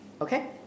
Okay